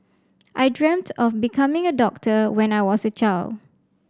I dreamt of becoming a doctor when I was a child